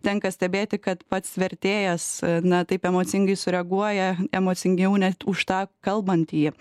tenka stebėti kad pats vertėjas na taip emocingai sureaguoja emocingiau net už tą kalbantįjį